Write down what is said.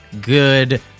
good